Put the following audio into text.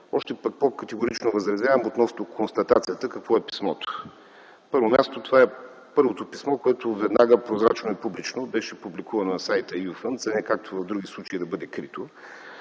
Още по-категорично възразявам срещу констатацията какво е писмото! На първо място, това е първото писмо, което веднага прозрачно и публично беше публикувано на сайта You Fun, а не както в други случаи – да бъде крито.